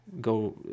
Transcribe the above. go